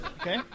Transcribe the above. Okay